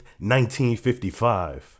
1955